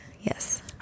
Yes